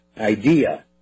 idea